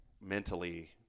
mentally